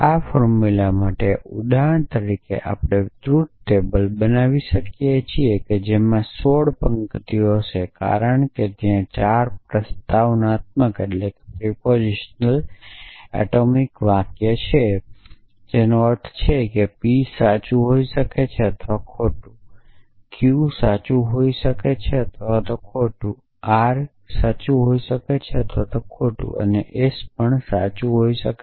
આ ફોર્મુલામાટે ઉદાહરણ તરીકે આપણે ટ્રુથ ટેબલ બનાવી શકીએ છીએ જેમાં 16 પંક્તિઓ હશે કારણ કે ત્યાં 4 પ્રસ્તાવનાત્મક એટોમિક વાક્યો છે જેનો અર્થ છે કે p સાચું હોઈ શકે છે અથવા ખોટું q સાચું અથવા ખોટું હોઈ શકે છે r સાચું અથવા ખોટું હોઈ શકે છે અને s સાચું કે ખોટું હોઈ શકે